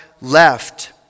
left